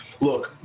Look